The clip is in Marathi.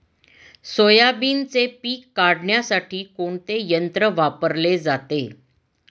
सोयाबीनचे पीक काढण्यासाठी कोणते यंत्र वापरले जाते?